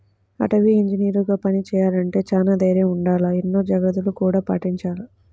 అటవీ ఇంజనీరుగా పని చెయ్యాలంటే చానా దైర్నం ఉండాల, ఎన్నో జాగర్తలను గూడా పాటించాల